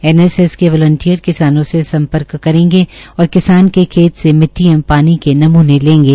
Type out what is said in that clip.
N S S के volunteer किसानों से सम्पर्क करेंगे और किसान के खेत से मिट्टी एवं पानी के नमूने लेंगे